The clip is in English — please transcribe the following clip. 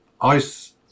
ice